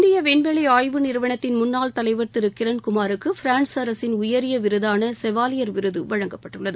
இந்திய விண்வெளி ஆய்வு நிறுவனத்தின் முன்னாள் தலைவர் திரு கிரண்குமாருக்கு ஃபிரான்ஸ் அரசின் உயரிய விருதான செவாலியர் விருது வழங்கப்பட்டுள்ளது